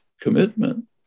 commitment